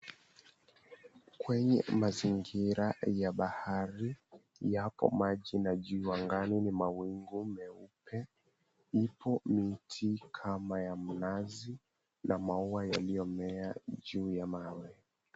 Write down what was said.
Kwenye mazingira ya bahari yapo maji na juu angani ni mawingu meupe. Ipo miti kama ya mnazi na maua yaliyomea juu ya mawe.